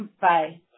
Bye